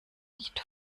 nicht